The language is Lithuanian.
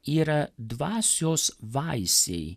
yra dvasios vaisiai